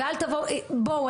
בואו,